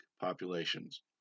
populations